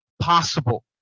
possible